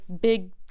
big